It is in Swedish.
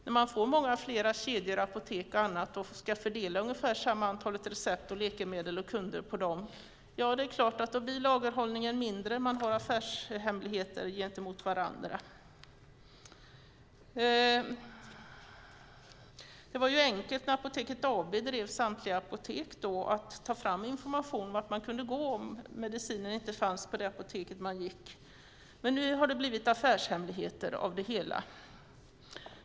När det finns många fler kedjor med apotek och ungefär samma antal kunder med recept ska fördelas bland dem blir lagerhållningen förstås mindre. Man har också affärshemligheter i förhållande till varandra. När Apoteket AB drev samtliga apotek var det enkelt för kunderna eftersom de kunde ta fram information om var medicinen fanns om den inte fanns på det apotek man gått till. Nu har det blivit affärshemligheter av det hela.